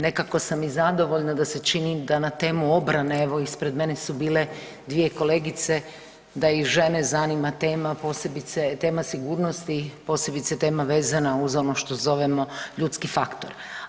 Nekako sam i zadovoljna da se čini da na temu obrane evo ispred mene su bile 2 kolegice, da i žene zanima tema posebice tema sigurnosti, posebice tema vezana uz ono što zovemo ljudski faktor.